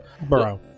bro